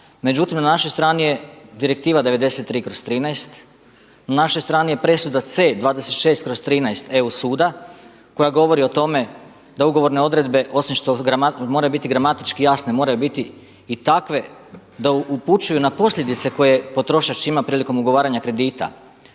Međutim, na našoj strani je Direktiva 93/13, na našoj strani je presuda C26/13 EU suda koja govori o tome da ugovorne odredbe osim što moraju biti gramatički jasne moraju biti i takve da upućuju da posljedice koje potrošač ima prilikom ugovaranja kredita